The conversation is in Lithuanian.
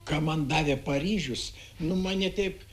ką man davė paryžius nu mane taip